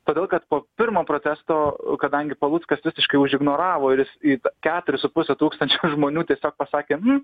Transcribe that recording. todėl kad po pirmo protesto kadangi paluckas visiškai užignoravo ir jis į keturis su puse tūkstančio žmonių tiesiog pasakė hm